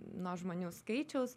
nuo žmonių skaičiaus